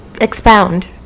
Expound